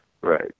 Right